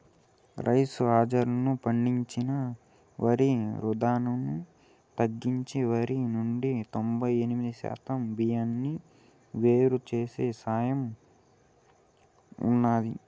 rice హల్లర్లు పండించిన వరి వృధాను తగ్గించి వరి నుండి తొంబై ఎనిమిది శాతం బియ్యాన్ని వేరు చేసే యంత్రం ఉన్నాది